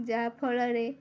ଯାହାଫଳରେ